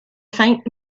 faint